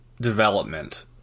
development